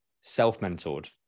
self-mentored